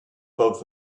both